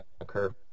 occur